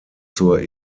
zur